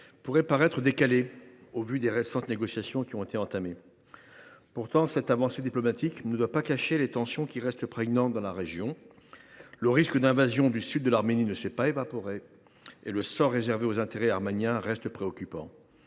pourrait paraître décalé au vu des négociations qui ont été récemment entamées. Pourtant, cette avancée diplomatique ne doit pas cacher les tensions qui restent prégnantes dans la région. Le risque d’invasion du sud de l’Arménie ne s’est pas évaporé, et le sort réservé aux intérêts arméniens reste préoccupant.